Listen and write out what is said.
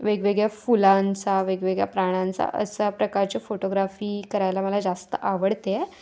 वेगवेगळ्या फुलांचा वेगवेगळ्या प्राण्यांचा असा प्रकारच्या फोटोग्राफी करायला मला जास्त आवडते आहे